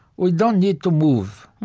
we don't need to move